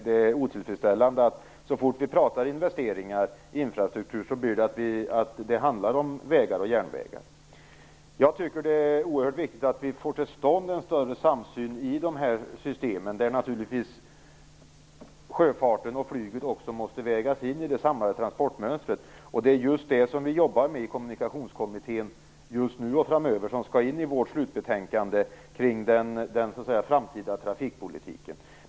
Det är otillfredsställande att det så snart vi talar om investeringar i infrastruktur handlar om vägar och järnvägar. Jag tycker att det är oerhört viktigt att vi får till stånd en större samsyn i de här systemen, där naturligtvis också sjöfarten och flyget måste vägas in i det samlade transportnätet. Det är just det som vi jobbar med i Kommunikationskommittén nu och framöver, och det skall in i vårt slutbetänkande om den framtida trafikpolitiken.